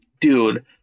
dude